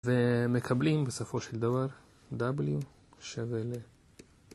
ומקבלים בסופו של דבר w שווה ל...